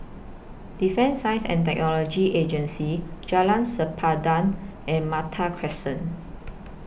Defence Science and Technology Agency Jalan Sempadan and Malta Crescent